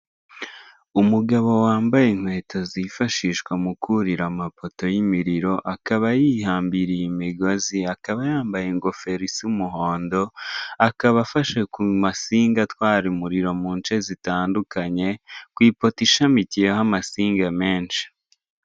Umugabo wambaye inkweto zifashishwa mu kurira amapoto y'imiriro, akaba yihambiriye imigozi, akaba yambaye ingofero isa umuhondo, akaba afashe ku masinga atwara umuriro mu nce zitandukanye ku ipoto ishamikiyeho amasinga menshi.